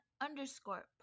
underscore